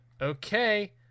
okay